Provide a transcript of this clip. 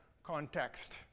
context